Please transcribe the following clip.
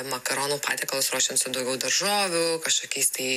makaronų patiekalus ruošiant su daugiau daržovių kažkokiais tai